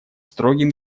строгим